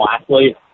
athlete